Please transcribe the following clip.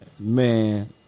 Man